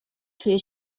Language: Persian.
توی